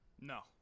No